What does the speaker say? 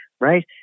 right